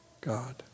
God